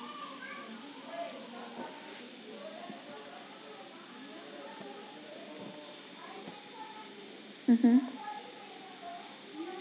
mmhmm